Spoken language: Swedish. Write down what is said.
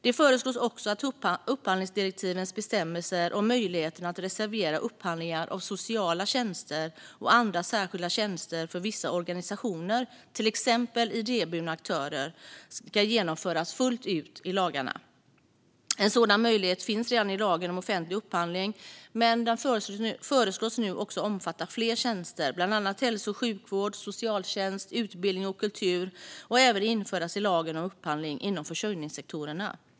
Det föreslås också att upphandlingsdirektivens bestämmelser om möjligheten att reservera upphandlingar av sociala tjänster och andra särskilda tjänster för vissa organisationer, till exempel idéburna aktörer, ska genomföras fullt ut i lagarna. En sådan möjlighet finns redan i lagen om offentlig upphandling, men den föreslås nu omfatta fler tjänster, bland annat hälso och sjukvård, socialtjänst, utbildning och kultur, och även införas i lagen om upphandling inom försörjningssektorerna.